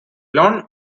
lawn